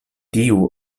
tiu